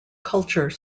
culture